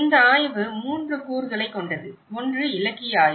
இந்த ஆய்வு 3 கூறுகளைக் கொண்டது ஒன்று இலக்கிய ஆய்வு